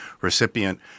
recipient